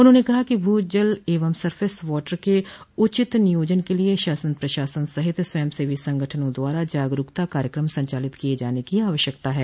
उन्होंने कहा कि भू जल एवं सरफेस वॉटर के उचित नियोजन के लिए शासन प्रशासन सहित स्वयंसेवी संगठनों द्वारा जागरूकता कार्यक्रम संचालित किए जाने की आवश्यकता है